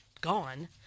gone